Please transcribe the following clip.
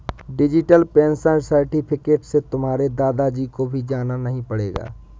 digital pension certificate से तुम्हारे दादा जी को भी जाना नहीं पड़ेगा